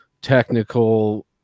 technical